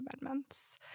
amendments